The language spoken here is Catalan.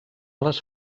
les